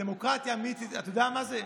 ודמוקרטיה אמיתית, אתה יודע מה זה?